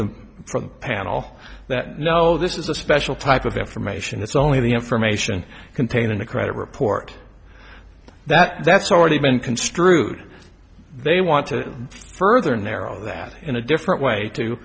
the front panel that no this is a special type of information it's only the information contained in the credit report that that's already been construed they want to further narrow that in a different way to